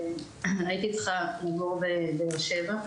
הייתי צריכה לגור בבאר שבע.